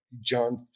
John